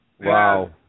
Wow